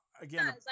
again